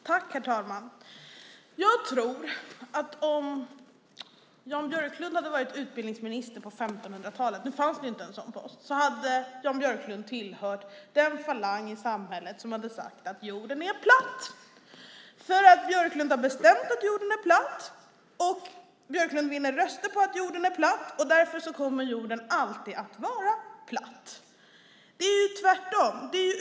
Herr talman! Om Jan Björklund hade varit utbildningsminister på 1500-talet - en post som inte fanns - skulle han ha tillhört den falang i samhället som sade att jorden är platt. Björklund har bestämt att jorden är platt, Björklund vinner röster på att jorden är platt, och därför kommer jorden alltid att vara platt. Det är tvärtom.